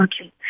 Okay